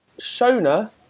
Shona